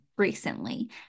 Recently